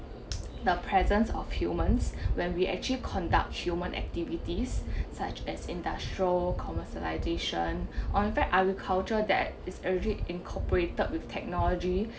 the presence of humans when we actually conduct human activities such as industrial commercialization on fact agriculture that is already incorporated with technology